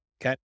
okay